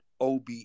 OB